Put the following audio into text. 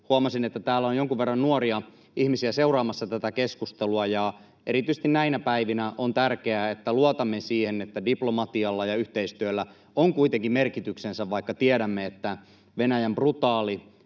Huomasin, että täällä on jonkun verran nuoria ihmisiä seuraamassa tätä keskustelua, ja erityisesti näinä päivinä on tärkeää, että luotamme siihen, että diplomatialla ja yhteistyöllä on kuitenkin merkityksensä, vaikka tiedämme, että Venäjän brutaali